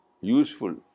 useful